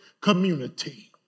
community